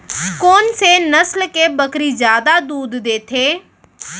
कोन से नस्ल के बकरी जादा दूध देथे